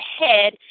ahead